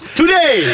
today